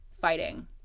fighting